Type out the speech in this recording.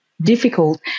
difficult